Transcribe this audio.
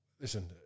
Listen